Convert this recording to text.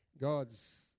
God's